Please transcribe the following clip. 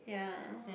ya